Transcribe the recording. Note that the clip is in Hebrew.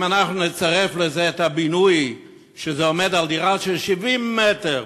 אם אנחנו נצרף לזה את הבינוי לדירה של 70 מ"ר,